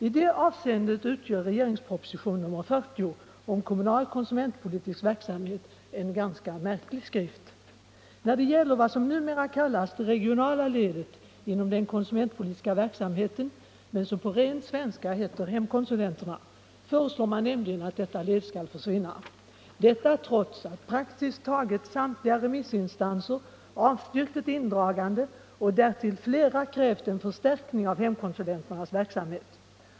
I det avseendet utgör regeringsproposition nr 40 om kommunal konsumentpolitisk verksamhet en ganska märklig skrift. När det gäller vad som numera kallas det regionala ledet inom den konsumentpolitiska verksamheten — men som på ren svenska heter hemkonsulenterna — föreslår man nämligen att detta led skall försvinna. Detta trots att praktiskt taget samtliga remissinstanser avstyrkt ett indragande och därtill flera krävt en förstärkning av hemkonsulenternas verksamhet.